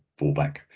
fallback